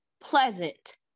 pleasant